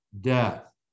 death